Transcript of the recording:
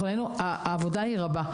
העבודה היא רבה,